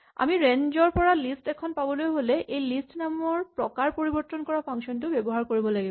আমি ৰেঞ্জ ৰ পৰা লিষ্ট এখন পাবলৈ হ'লে এই লিষ্ট নামৰ প্ৰকাৰ পৰিবৰ্তন কৰা ফাংচন টো ব্যৱহাৰ কৰিব লাগিব